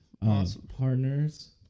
Partners